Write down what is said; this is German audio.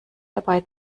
dabei